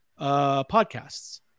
podcasts